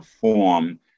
form